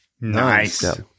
Nice